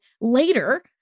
later